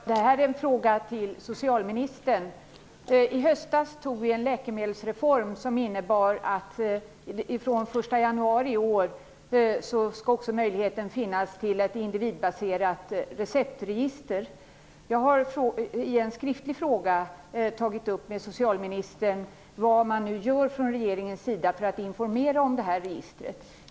Fru talman! Jag har en fråga till socialministern. I höstas tog vi en läkemedelsreform som innebär att fr.o.m. den 1 januari i år skall möjligheten till ett individbaserat receptregister finnas. Jag har skriftligen frågat socialministern vad man gör från regeringens sida för att informera om det här registret.